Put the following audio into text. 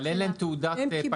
אבל אין להם תעודת פקח.